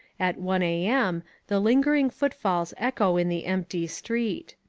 at one a m, the lingering footfalls echo in the empty street.